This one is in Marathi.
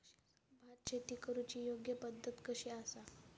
भात शेती करुची योग्य पद्धत कशी आसा?